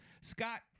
Scott